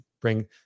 bring